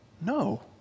No